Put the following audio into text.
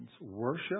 Worship